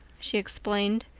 she explained.